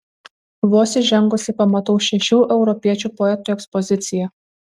vos įžengusi pamatau šešių europiečių poetų ekspoziciją